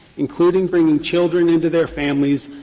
including bringing children into their families,